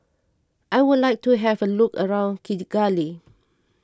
I would like to have a look around Kigali